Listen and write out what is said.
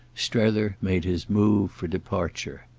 strether made his move for departure.